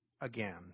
again